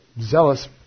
zealous